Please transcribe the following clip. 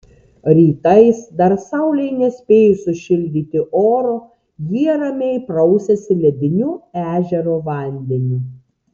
rytais dar saulei nespėjus sušildyti oro jie ramiai prausiasi lediniu ežero vandeniu